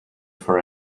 for